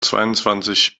zweiundzwanzig